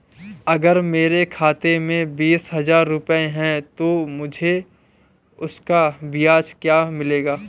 अगर मेरे खाते में बीस हज़ार रुपये हैं तो मुझे उसका ब्याज क्या मिलेगा?